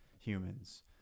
humans